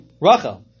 Rachel